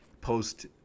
post